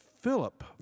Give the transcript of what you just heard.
Philip